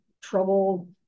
trouble